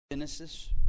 Genesis